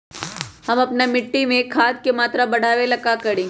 हम अपना मिट्टी में खाद के मात्रा बढ़ा वे ला का करी?